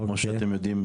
כמו שאתם יודעים,